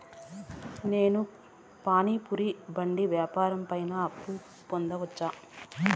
నేను పానీ పూరి బండి వ్యాపారం పైన అప్పు పొందవచ్చా?